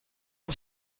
این